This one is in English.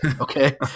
Okay